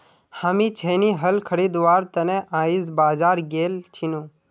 हामी छेनी हल खरीदवार त न आइज बाजार गेल छिनु